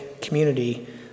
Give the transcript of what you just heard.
community